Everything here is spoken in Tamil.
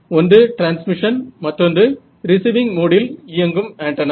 ஒன்று டிரான்ஸ்மிஷன் மற்றொன்று ரிஸீவிங் மோடில் இயங்கும் ஆண்டெனா